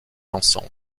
ensemble